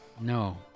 No